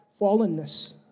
fallenness